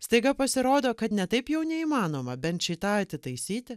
staiga pasirodo kad ne taip jau neįmanoma bent šį tą atitaisyti